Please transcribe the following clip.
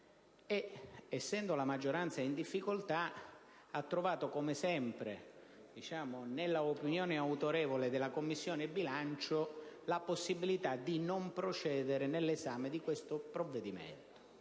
Essendo la maggioranza in difficoltà, ha trovato, come sempre, nell'opinione autorevole della Commissione bilancio la possibilità di non procedere nell'esame del provvedimento,